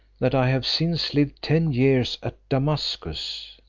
that i have since lived ten years at damascus.